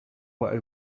were